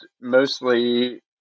mostly